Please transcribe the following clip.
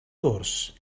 gwrs